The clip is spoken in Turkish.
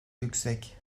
yüksek